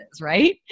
right